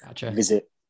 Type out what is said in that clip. visit